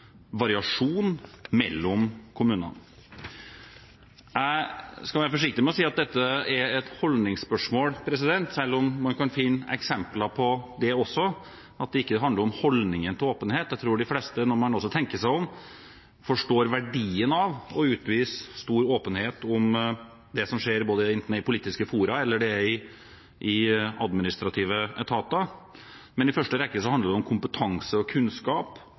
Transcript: variasjon mellom kommunene. Jeg skal være forsiktig med å si at dette er et holdningsspørsmål – selv om man kan finne eksempler på det også – det handler ikke om holdningen til åpenhet. Jeg tror de fleste, når de tenker seg om, forstår verdien av å utvise stor åpenhet om det som skjer – enten det er i politiske fora eller i administrative etater. I første rekke handler det om kompetanse og kunnskap